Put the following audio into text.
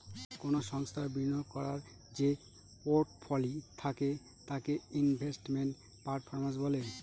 কোনো সংস্থার বিনিয়োগ করার যে পোর্টফোলি থাকে তাকে ইনভেস্টমেন্ট পারফরম্যান্স বলে